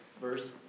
verse